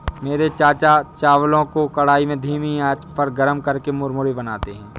मेरे चाचा चावलों को कढ़ाई में धीमी आंच पर गर्म करके मुरमुरे बनाते हैं